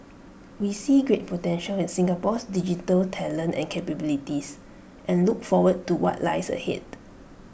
we see great potential in Singapore's digital talent and capabilities and look forward to what lies ahead